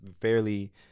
fairly